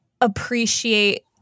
appreciate